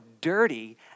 dirty